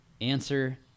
answer